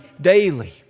daily